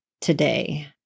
today